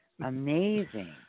Amazing